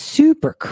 super